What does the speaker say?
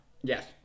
Yes